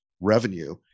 revenue